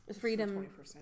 freedom